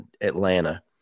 Atlanta